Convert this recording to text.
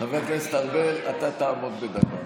חבר הכנסת ארבל, אתה תעמוד בדקה.